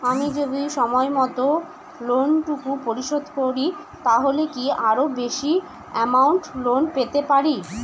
আমি যদি সময় মত লোন টুকু পরিশোধ করি তাহলে কি আরো বেশি আমৌন্ট লোন পেতে পাড়ি?